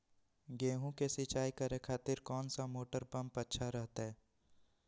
गेहूं के सिंचाई करे खातिर कौन सा मोटर पंप अच्छा रहतय?